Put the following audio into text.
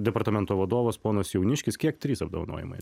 departamento vadovas ponas jauniškis kiek trys apdovanojimai